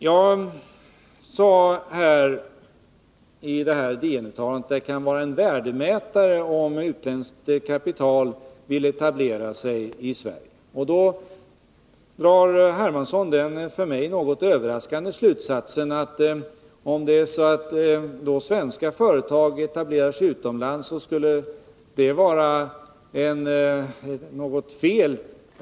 Jag sade i DN-uttalandet att det kan vara en värdemätare om utländskt kapital vill etablera sig i Sverige. Då drar herr Hermansson den för mig något överraskande slutsatsen att om svenska företag etablerar sig utomlands, så skulle det vara något fel.